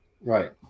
Right